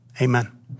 Amen